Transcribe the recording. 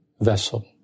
vessel